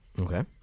Okay